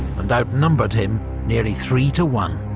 and outnumbered him nearly three to one.